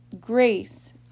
grace